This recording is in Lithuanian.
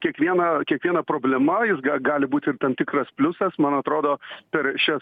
kiekviena kiekviena problema jis ga gali būt ir tam tikras pliusas man atrodo per šias